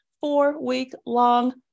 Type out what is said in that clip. four-week-long